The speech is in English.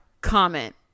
comment